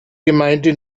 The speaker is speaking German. gemeinde